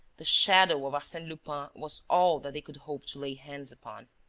the shadow of arsene lupin was all that they could hope to lay hands upon.